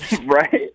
Right